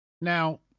Now